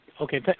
Okay